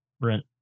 rent